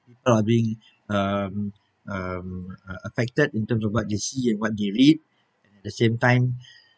are being um um uh affected in terms of what they see and what they read at the same time